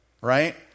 right